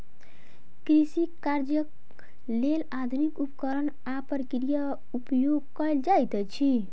कृषि कार्यक लेल आधुनिक उपकरण आ प्रक्रिया उपयोग कयल जाइत अछि